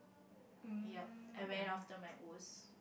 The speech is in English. yup I went after my O's